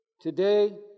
today